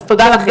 אז תודה לכם.